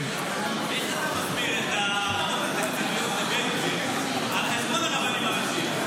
איך אתה מסביר את --- של בן גביר על חשבון הרבנים הראשיים?